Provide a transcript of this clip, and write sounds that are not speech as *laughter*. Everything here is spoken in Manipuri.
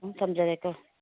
*unintelligible* ꯊꯝꯖꯔꯦꯀꯣ